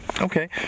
Okay